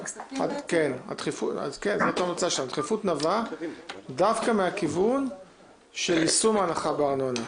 הדחיפות נבעה מהכיוון של יישום ההנחה בארנונה.